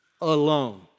alone